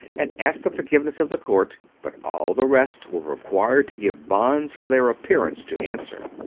and asked the forgiveness of the court, but all the rest were required to give bonds for their appearance to answer.